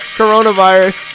coronavirus